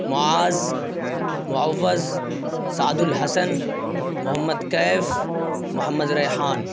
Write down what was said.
Muaz Muawwiz Saad Alhasan Muhammad Kaif Muhammad Rehan